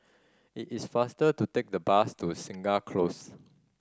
it is faster to take the bus to Segar Close